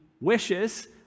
wishes